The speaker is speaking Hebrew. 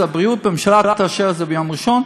הבריאות והממשלה תאשר את זה ביום ראשון.